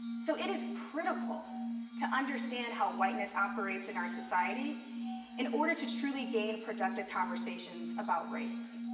so, it is critical to understand how whiteness operates in our society in order to truly gain productive conversations about race.